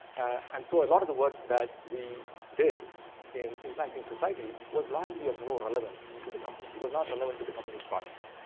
and so, a lot of the work that we did in impacting society was largely of no relevance to the company. it was not relevant to the company's products,